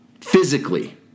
physically